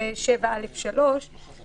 ושיפורסם לציבור.